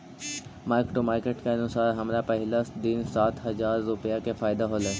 mark to market के अनुसार हमरा पहिला दिन सात हजार रुपईया के फयदा होयलई